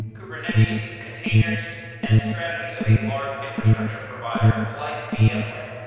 kubernetes containers and the strategy of a large infrastructure provider like vmware.